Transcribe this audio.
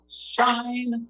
shine